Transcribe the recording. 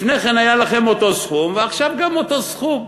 לפני כן היה לכם אותו סכום, ועכשיו גם אותו סכום.